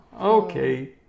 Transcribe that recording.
okay